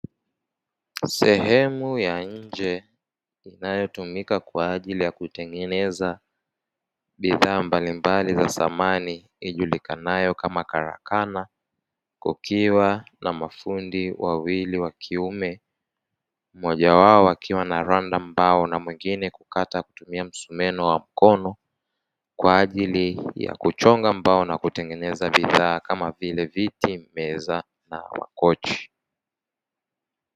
Sehemu ya nje inayotumika kwa ajili ya kutengeneza bidhaa mbalimbali za samani ijulikanayo kama karakana, kukiwa na mafundi wawili wa kiume; mmoja wao akiwa anaranda mbao na mwingine kukata kwa kutumia msumeno wa mkono, kwa ajili ya kuchonga mbao na kutengeneza bidhaa, kama vile: viti, meza na makochi.